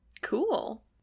cool